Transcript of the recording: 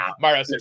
Mario